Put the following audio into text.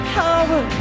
power